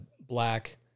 black